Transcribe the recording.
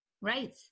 right